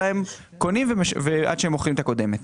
אלא עד שהם מוכרים את הקודמת.